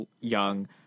young